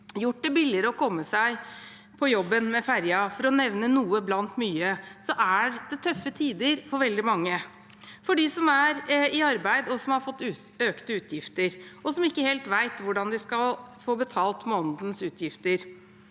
gjort det billigere å komme seg på jobben med ferjen, for å nevne noe blant mye, så er det tøffe tider for veldig mange – for dem som er i arbeid og som har fått økte utgifter, og som ikke helt vet hvordan de skal få betalt månedens utgifter.